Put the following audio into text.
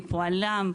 מפועלם,